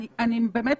באמת,